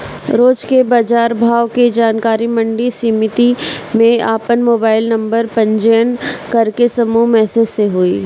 रोज के बाजार भाव के जानकारी मंडी समिति में आपन मोबाइल नंबर पंजीयन करके समूह मैसेज से होई?